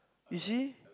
you see